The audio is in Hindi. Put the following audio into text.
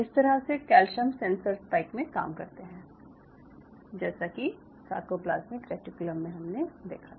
इस तरह से कैल्शियम सेंसर स्पाइक में काम करते हैं जैसा कि सारकोप्लाज़्मिक रेटिक्यूलम में हमने देखा था